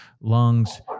lungs